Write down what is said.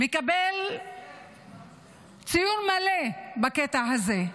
הוא מקבל ציון מלא בקטע הזה.